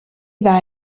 war